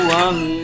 one